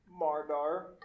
Mardar